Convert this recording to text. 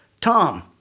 Tom